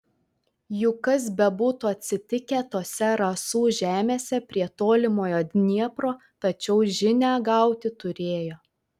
juk kas bebūtų atsitikę tose rasų žemėse prie tolimojo dniepro tačiau žinią gauti turėjo